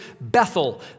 Bethel